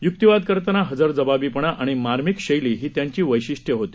युक्तीवाद करताना हजरजबाबीपणा आणि मार्मिक शैली ही त्यांची वैशिष्ट्यं होती